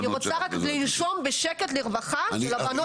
אני רוצה לנשום בשקט ולרווחה שלבנות שלי יהיה מקום.